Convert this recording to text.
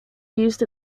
used